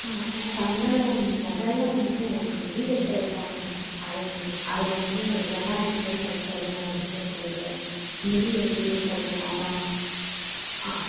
ஆ எனக்கு வந்து முதல்ல வந்து எனக்கு முடி வெட்டுறதுதாங்க அதை அது வந்து என்னெல்லாம் இருக்குதுன்னு கொஞ்சம் சொல்லுங்க முடி வெட்டுறது முடி அப்படியே கொஞ்சம் நல்லா ஆ